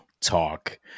Talk